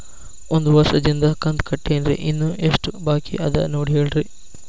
ಒಂದು ವರ್ಷದಿಂದ ಕಂತ ಕಟ್ಟೇನ್ರಿ ಇನ್ನು ಎಷ್ಟ ಬಾಕಿ ಅದ ನೋಡಿ ಹೇಳ್ರಿ